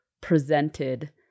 presented